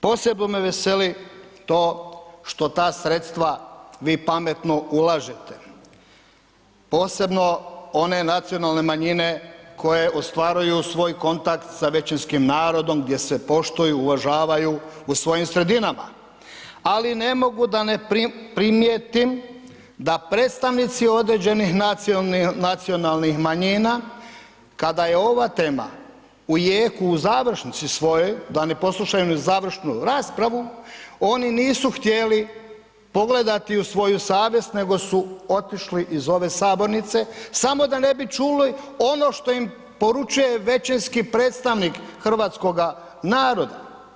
Posebno me veseli to što ta sredstva vi pametno ulažete. posebno one nacionalne manjine koje ostvaruju svoj kontakt sa većinskim narodom gdje se poštuju, uvažavaju u svojim sredinama ali ne mogu da ne primijetim da predstavnici određenih nacionalnih manjina kada je ova tema u jeku u završnici svojoj, da ne poslušaju ni završnu raspravu, oni nisu htjeli pogledati u svoju savjest nego su otišli iz ove sabornice samo da ne bi čuli ono što im poručuje većinski predstavnik hrvatskog naroda.